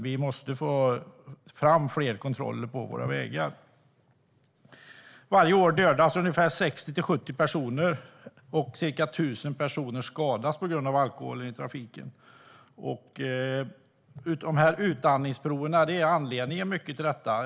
Vi måste få fram fler kontroller på våra vägar. Varje år dödas ungefär 60-70 personer och ca 1 000 skadas på grund av alkohol i trafiken. Det minskade antalet utandningsprover är en stor anledning till detta.